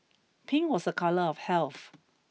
pink was a colour of health